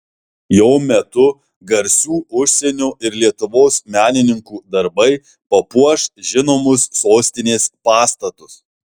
jo metu garsių užsienio ir lietuvos menininkų darbai papuoš žinomus sostinės pastatus